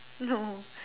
no